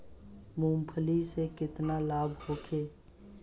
मुर्गीपालन से केतना लाभ होखे?